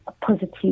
positive